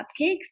cupcakes